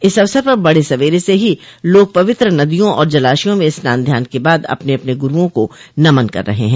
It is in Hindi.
इस अवसर पर बड़े सबेरे से ही लोग पवित्र नदियों और जलाशयों में स्नान ध्यान के बाद अपने अपने गुरूओं को नमन कर रहे हैं